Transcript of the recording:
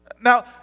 Now